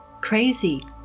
Crazy